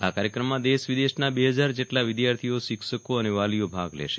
આ કાર્યક્રમમાં દેશ વિદેશના બે હજાર જેટલા વિદ્યાર્થીઓ શિક્ષકો અને વાલીઓ ભાગ લેશે